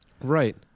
Right